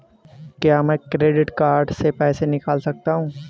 क्या मैं credit card से पैसे निकाल सकता हूँ?